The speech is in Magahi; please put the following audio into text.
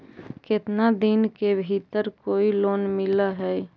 केतना दिन के भीतर कोइ लोन मिल हइ?